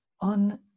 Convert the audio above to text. on